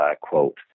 quote